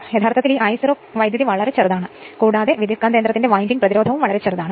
യഥാർത്ഥത്തിൽ ഈ I0 current വളരെ ചെറുതാണ് കൂടാതെ ട്രാൻസ്ഫോർമറിന്റെ വിൻഡിംഗ് പ്രതിരോധവും വളരെ ചെറുതാണ്